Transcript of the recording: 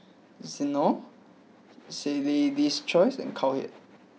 Xndo say Lady's Choice and Cowhead